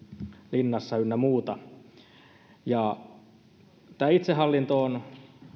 linnassa ynnä muuta tämä itsehallinto on